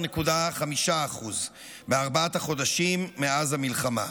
ב-13.5% בארבעת החודשים מאז המלחמה.